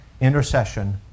intercession